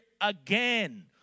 again